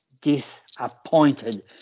disappointed